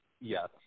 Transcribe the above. Yes